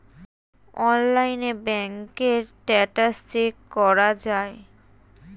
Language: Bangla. অনলাইনে ব্যাঙ্কের স্ট্যাটাস চেক করা যায়